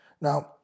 Now